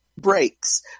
breaks